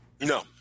No